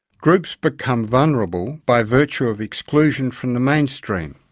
groups become vulnerable by virtue of exclusion from the mainstream.